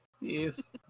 Yes